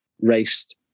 raced